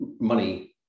money